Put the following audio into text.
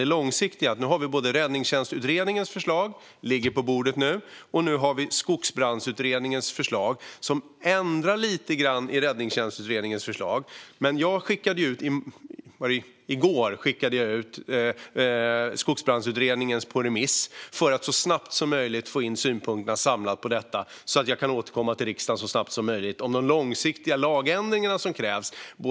Jag vill upprepa att nu har vi både Räddningstjänstutredningens förslag som ligger på bordet och Skogsbrandsutredningens förslag, som ändrar lite grann i Räddningstjänstutredningens förslag. Men i går skickade jag ut Skogsbrandsutredningens förslag på remiss för att så snabbt som möjligt få in de samlade synpunkterna på detta och så snabbt som möjligt kunna återkomma till riksdagen om de långsiktiga lagändringar som krävs.